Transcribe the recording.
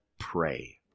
pray